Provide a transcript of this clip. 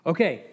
Okay